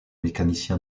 mécanicien